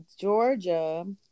Georgia